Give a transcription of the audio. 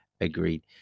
Agreed